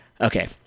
okay